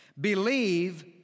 believe